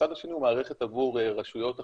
הצד השני הוא מערכת עבור רשויות אכיפה,